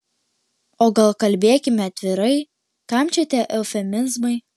o gal kalbėkime atvirai kam čia tie eufemizmai